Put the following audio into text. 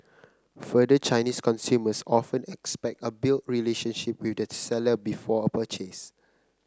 further Chinese consumers often expect a build relationship with the seller before a purchase